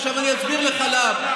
עכשיו אני אסביר לך למה,